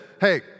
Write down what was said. hey